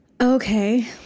Okay